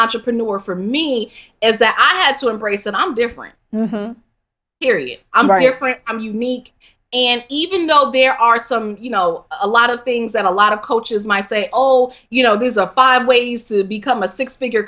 entrepreneur for me is that i had to embrace and i'm different i'm very i'm unique and even though there are some you know a lot of things that a lot of coaches my say all you know there's a five ways to become a six figure